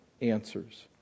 answers